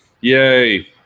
yay